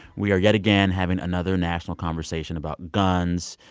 we are yet again having another national conversation about guns,